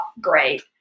great